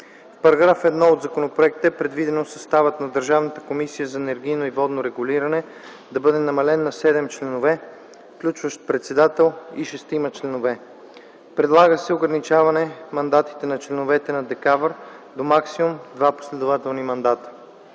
енергия. В § 1 от законопроекта е предвидено съставът на Държавната комисия за енергийно и водно регулиране (ДКЕВР) да бъде намален на 7 членове, включващ председател и шестима членове. Предлага се ограничаване мандатите на членовете на ДКЕВР до максимум два последователни мандата.